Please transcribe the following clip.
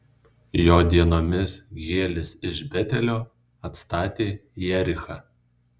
jo dienomis hielis iš betelio atstatė jerichą